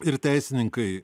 ir teisininkai